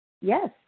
Yes